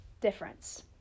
difference